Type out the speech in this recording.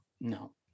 no